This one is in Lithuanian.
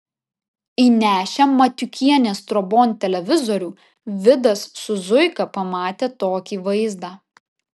įnešę matiukienės trobon televizorių vidas su zuika pamatė tokį vaizdą